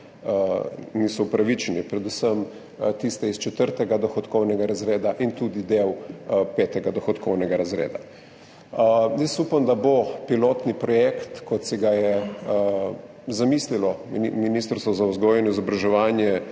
niso upravičeni, predvsem tisti iz četrtega dohodkovnega razreda in tudi del petega dohodkovnega razreda. Jaz upam, da bo pilotni projekt, kot si ga je zamislilo Ministrstvo za vzgojo in izobraževanje,